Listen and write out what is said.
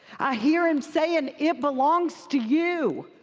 i hear him saying it belongs to you.